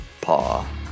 paw